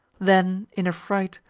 then, in a fright,